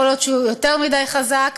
יכול להיות שהוא יותר מדי חזק,